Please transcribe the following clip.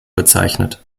bezeichnet